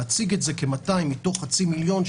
להציג את זה כ-200 מתוך חצי מיליון,